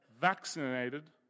vaccinated